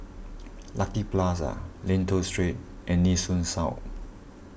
Lucky Plaza Lentor Street and Nee Soon South